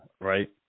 right